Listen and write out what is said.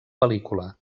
pel·lícula